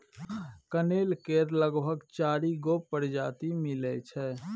कनेर केर लगभग चारि गो परजाती मिलै छै